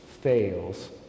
fails